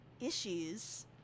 issues